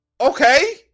Okay